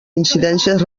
incidències